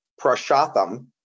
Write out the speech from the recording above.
Prashatham